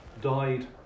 died